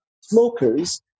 smokers